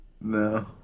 No